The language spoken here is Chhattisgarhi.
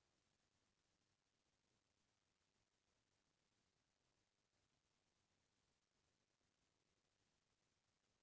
हमन हमर घर के टेक्टर अउ दूचकिया फटफटी दुनों के बीमा ल अपन भाईच करा करवाए हन